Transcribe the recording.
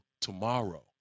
tomorrow